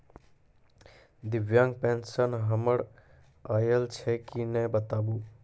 दिव्यांग पेंशन हमर आयल छै कि नैय बताबू?